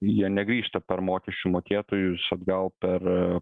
jie negrįžta per mokesčių mokėtojus atgal per